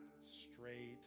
straight